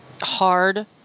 hard